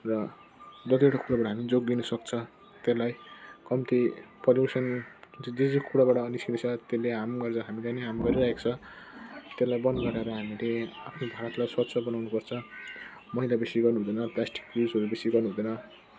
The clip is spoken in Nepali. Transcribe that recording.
र कतिवटा कुराबाट हामी जोगिन सक्छ त्यसलाई कम्ती पल्युसन जुन चाहिँ कुराबाट निस्किँदैछ त्यसले हामीलाई हामीलाई नै हार्म गरिरहेको छ त्यसलाई बन्द गरेर हामीले आफ्नो भारतलाई स्वच्छ बनाउनुपर्छ मैला बेसी गर्नुहुँदैन प्लास्टिक युजहरू बेसी गर्नुहुँदैन